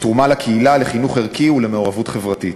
לתרומה לקהילה, לחינוך ערכי ולמעורבות חברתית.